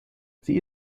sie